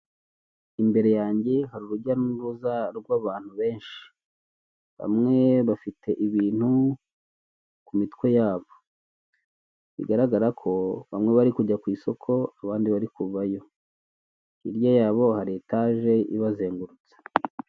Urupapuro rwanditseho amabara agiye atandukanye, harimo ubururu, umuhondo, icyatsi rwo rurasa umweru, amagambo yanditse mu ibara ry'umukara n'ubururu, bikaba byanditse mu rurimi rw'icyongereza.